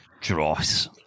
dross